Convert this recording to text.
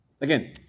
Again